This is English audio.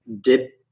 dip